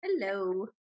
Hello